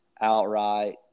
outright